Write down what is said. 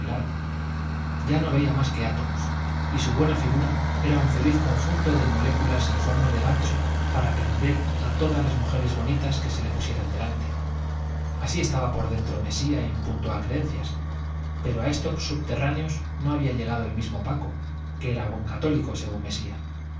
ya no veía más que átomos y su buena figura era un feliz conjunto de moléculas en forma de gancho para prender a todas las mujeres bonitas que se le pusieran delante así estaba por dentro mesía en punto a creencias pero a estos subterráneos no había llegado el mismo paco que era buen católico según mesía